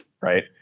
right